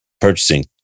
purchasing